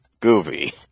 Gooby